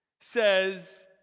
says